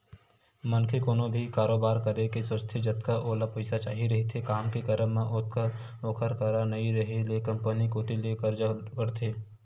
मनखे कोनो भी कारोबार करे के सोचथे जतका ओला पइसा चाही रहिथे काम के करब म ओतका ओखर करा नइ रेहे ले कोनो कोती ले करजा करथे